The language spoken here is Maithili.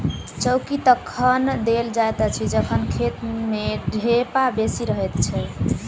चौकी तखन देल जाइत अछि जखन खेत मे ढेपा बेसी रहैत छै